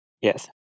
Yes